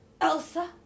Elsa